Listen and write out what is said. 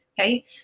okay